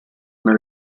una